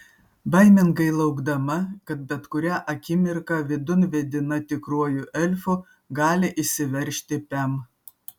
baimingai laukdama kad bet kurią akimirką vidun vedina tikruoju elfu gali įsiveržti pem